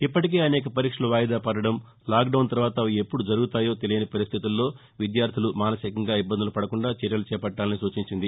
ఇప్పటికే అనేక పరీక్షలు వాయిదా పడదం లాక్డౌన్ తర్వాత అవి ఎప్పుదు జరుగుతాయో తెలియని పరిస్దితుల్లో విద్యార్దులు మానసికంగా ఇబ్బందులు పడకుండా చర్యలు చేపట్టాలని సూచించింది